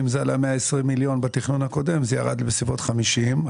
אם זה עלה 120 מיליון בתכנון הקודם זה ירד לבסביבות 50,